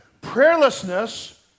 Prayerlessness